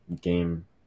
game